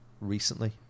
recently